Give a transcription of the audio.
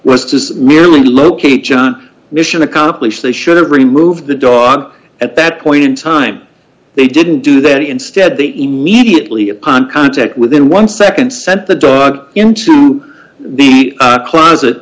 to merely to locate john mission accomplished they should remove the dog at that point in time they didn't do that instead they immediately upon contact within one second sent the dog into the closet